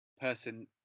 person